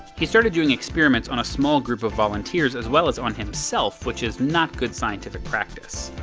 he started doing experiments on a small group of volunteers as well as on himself, which is not good scientific practice.